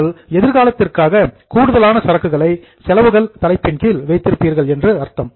நீங்கள் எதிர்காலத்திற்காக கூடுதலான சரக்குகளை செலவுகள் தலைப்பின் கீழ் வைத்திருக்கிறீர்கள் என்று அர்த்தம்